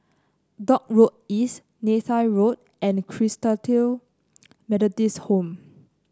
Dock Road East Neythal Road and Christalite Methodist Home